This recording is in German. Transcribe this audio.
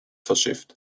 verschifft